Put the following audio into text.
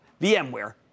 VMware